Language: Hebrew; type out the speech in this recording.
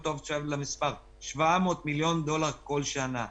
700 מיליון דולר כל שנה,